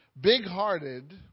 big-hearted